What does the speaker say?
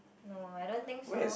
no I don't think so